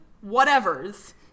whatever's